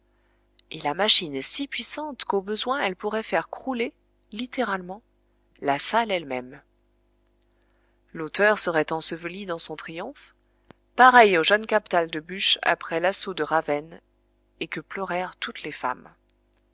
et la machine est si puissante qu'au besoin elle pourrait faire crouler littéralement la salle elle-même l'auteur serait enseveli dans son triomphe pareil au jeune captal de buch après l'assaut de ravenne et que pleurèrent toutes les femmes